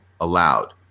allowed